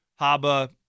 Haba